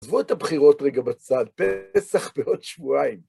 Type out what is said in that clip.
עזבו את הבחירות רגע בצד, פסח בעוד שבועיים.